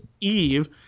eve